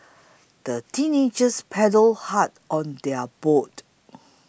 the teenagers paddled hard on their boat